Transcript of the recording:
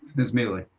ms. miele?